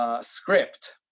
script